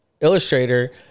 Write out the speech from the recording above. illustrator